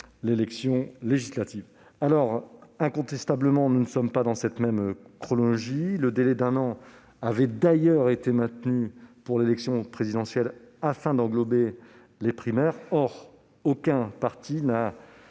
à la députation. Incontestablement, nous ne sommes pas dans la même chronologie. Le délai d'un an avait été maintenu pour l'élection présidentielle afin d'englober les primaires. Or aucun parti n'a